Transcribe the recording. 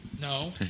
No